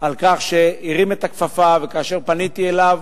על כך שהרים את הכפפה, וכאשר פניתי אליו הוא